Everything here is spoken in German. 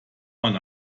man